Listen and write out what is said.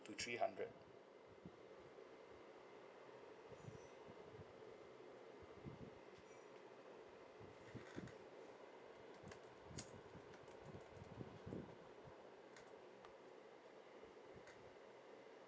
to three hundred